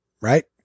right